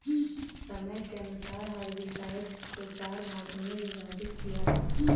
समय के अनुसार हर्बिसाइड्स को चार भागों मे विभाजित किया है